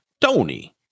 Tony